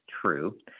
true